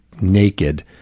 naked